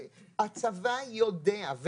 הצבא יודע,